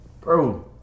Bro